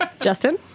Justin